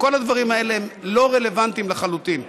כל הדברים האלה הם לא רלוונטיים לחלוטין.